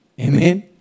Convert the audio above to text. Amen